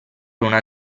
una